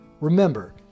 Remember